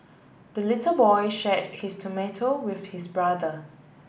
the little boy shared his tomato with his brother